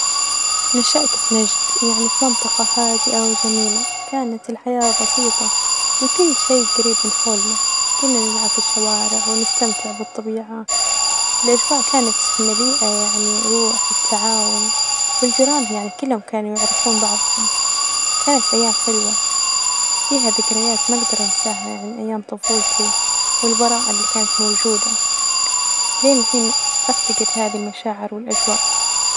الشخص الأكثر تأثيرا علي حياتي هو والدي، يعني كان دائما مثال للعمل الجاد والإخلاص علمني قيمة الكفاح والصدج، يعني كيف أواجه التحديات حتي دعم أحلامي وشجعني إني أحقق أهدافي تأثيرة مرة كبير علي لإني إستمديت منة الجوة والثقة في نفسي فهو يعني رمز القوة ورمز كل شئ جميل بحياتي.